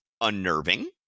unnerving